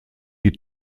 die